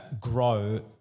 grow